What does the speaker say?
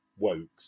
Wokes